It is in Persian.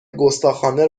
گستاخانه